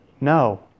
No